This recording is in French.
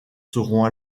seront